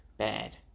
Bad